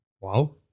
Wow